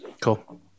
Cool